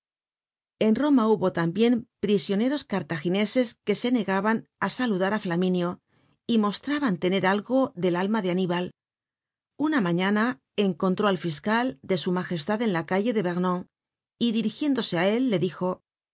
en roma hubo tambien prisioneros cartagineses que se negaban á saludar á flaminio y mostraban tener algo del alma de anibal una mañana encontró al fiscal de s m en la calle de vernon y dirigiéndose á él le dijo